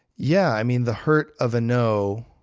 yeah. i mean, the hurt of a no,